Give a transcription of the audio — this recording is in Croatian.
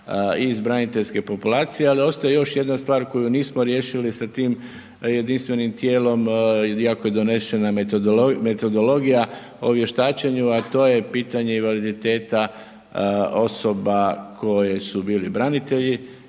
iz braniteljske populacije. Ali ostaje još jedna stvar koju nismo riješili sa tim jedinstvenim tijelom, iako je donešena metodologija o vještačenju, a to je pitanje invaliditeta osoba koje su bili branitelji